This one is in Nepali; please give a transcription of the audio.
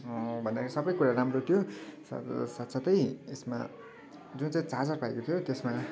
भन्दाखेरि सबै कुरा राम्रो थियो साथसाथै यसमा जुनचाहिँ चार्जर पाइएको थियो त्यसमा